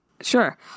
Sure